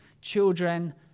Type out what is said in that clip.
children